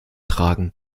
tragen